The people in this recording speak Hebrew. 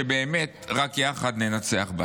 שבאמת רק יחד ננצח בה.